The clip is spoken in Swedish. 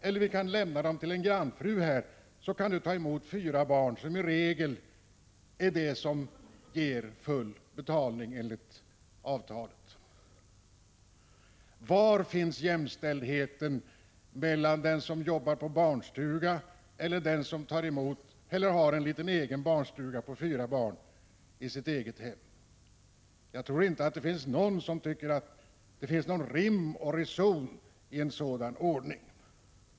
Eller också kan vi lämna dem till en grannfru, så att du sedan kan ta emot fyra barn, vilket i regel är det antal som enligt avtalet ger full betalning. Var finns jämlikheten mellan den som arbetar på en barnstuga och den som i sitt eget hem har en liten barnstuga för fyra barn? Jag tror inte att det finns någon som tycker att det är rim och reson i en sådan ordning.